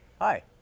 Hi